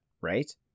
right